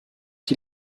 die